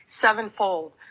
sevenfold